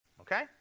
Okay